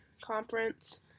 conference